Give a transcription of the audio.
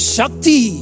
Shakti